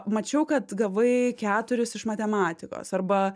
mačiau kad gavai keturis iš matematikos arba